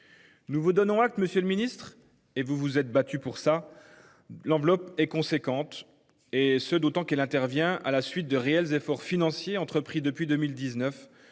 Nous vous donnons acte monsieur le Ministre, et vous vous êtes battu pour ça. L'enveloppe est conséquente et ce d'autant qu'elle intervient à la suite de réels efforts financiers entrepris depuis 2019